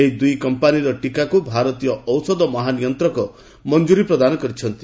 ଏହି ଦୁଇ କମ୍ପାନୀର ଟୀକାକୁ ଭାରତୀୟ ଔଷଧ ମହାନିୟନ୍ତକ ମଞ୍ଜୁରି ପ୍ରଦାନ କରିଛନ୍ତି